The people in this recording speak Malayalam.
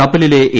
കപ്പലിലെ എ